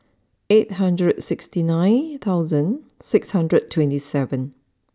eight hundred sixty nine thousand six hundred twenty seven